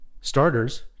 starters